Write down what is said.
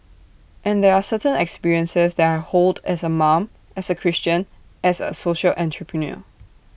and there are certain experiences that I hold as A mom as A Christian as A social entrepreneur